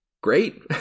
Great